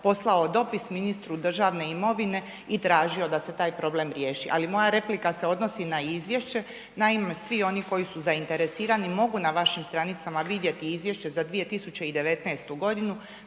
poslao dopis ministru državne imovine i tražio da se taj problem riješi. Ali moja replika se odnosi na izvješće. Naime, svi oni koji su zainteresirani mogu na vašim stranicama vidjeti izvješće za 2019.godinu